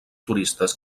turistes